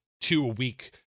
two-a-week